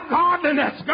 godliness